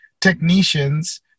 technicians